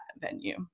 venue